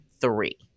three